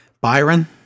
byron